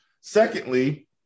secondly